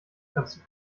kannst